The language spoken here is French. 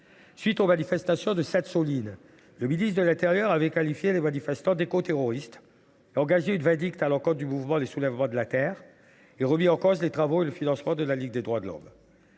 suite des manifestations de Sainte Soline, M. le ministre de l’intérieur a qualifié les manifestants d’écoterroristes et lancé la vindicte à l’encontre du mouvement des Soulèvements de la Terre, tout en remettant en cause les travaux et le financement de la Ligue des droits de l’homme.